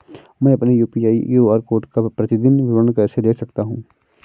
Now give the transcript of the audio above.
मैं अपनी UPI QR code का प्रतीदीन विवरण कैसे देख सकता हूँ?